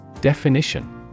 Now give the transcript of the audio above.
Definition